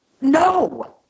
no